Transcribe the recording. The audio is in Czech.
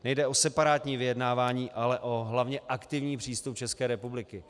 Nejde o separátní vyjednávání, ale hlavně o aktivní přístup České republiky.